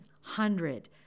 hundred